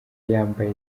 yambaye